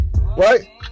Right